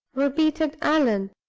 repeated allan.